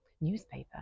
newspaper